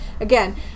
Again